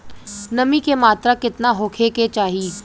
नमी के मात्रा केतना होखे के चाही?